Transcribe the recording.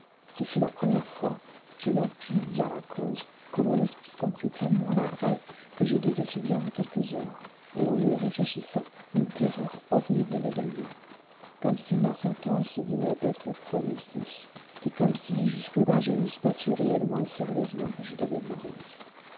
ce fut la première fois je n'en puis dire la cause que mon esprit comprit pleinement l'arrêt que je devais subir dans quelques heures et en y réfléchissant une terreur horrible me gagna comme si ma sentence venait d'être prononcée et comme si jusque là je n'eusse pas su réellement et sérieusement que je devais mourir